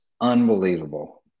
unbelievable